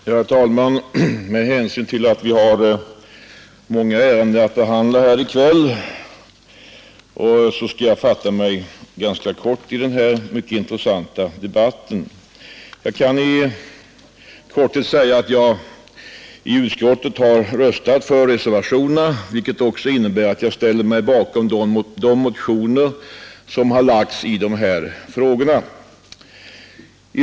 Herr talman! Med hänsyn till att vi har många ärenden att behandla här i kväll skall jag fatta mig kort i denna mycket intressanta debatt. Jag har i utskottet röstat för reservationerna 1, 2 och 3 NU 18, vilket också innebär att jag ställer mig bakom de motioner som väckts i dessa frågor.